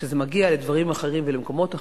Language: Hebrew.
כשזה מגיע לדברים אחרים ולמקומות אחרים,